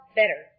better